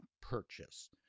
Purchase